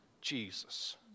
Jesus